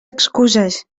excuses